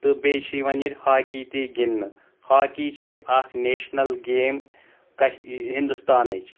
تہٕ بیٚیہِ چھُ یِوان ییٚتہِ ہاکی تہِ یِوان گنٛدنہٕ ہاکی چھُ اکھ نیٚشنل گیم ہنٛدوستانٕچ